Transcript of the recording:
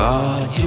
God